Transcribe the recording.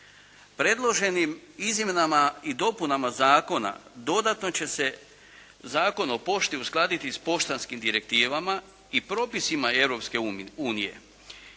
Predloženim izmjenama i dopunama zakona dodatno će se Zakon o pošti uskladiti s poštanskim direktivama i propisima Europske unije